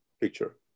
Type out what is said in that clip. picture